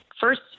first